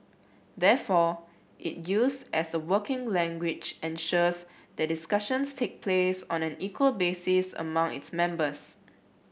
therefore it use as a working language ensures that discussions take place on an equal basis among its members